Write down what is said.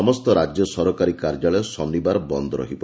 ସମସ୍ତ ରାଜ୍ୟ ସରକାରୀ କାର୍ଯ୍ୟାଳୟ ଶନିବାର ବନ୍ଦ ରହିବ